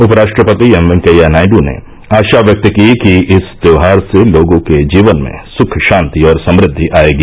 उपराष्ट्रपति एम वेंकैया नायड् ने आशा व्यक्त की कि इस त्यौहार से लोगों के जीवन मेंसुख शांति और समृद्वि आएगी